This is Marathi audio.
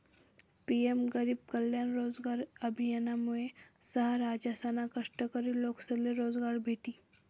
पी.एम गरीब कल्याण रोजगार अभियानमुये सहा राज्यसना कष्टकरी लोकेसले रोजगार भेटी